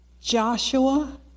Joshua